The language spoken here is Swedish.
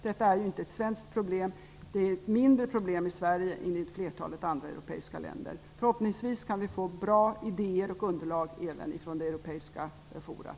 Detta är inte ett svenskt problem. Det är ett mindre problem i Sverige än i flertalet andra europeiska länder. Förhoppningsvis kan vi få bra idéer och underlag även från det europeiska forumet.